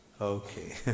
Okay